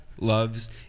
loves